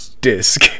disc